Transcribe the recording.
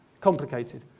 Complicated